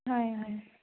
হয় হয়